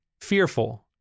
fearful